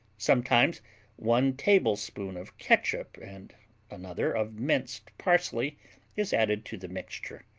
sometimes one tablespoon of catsup and another of minced parsley is added to the mixture.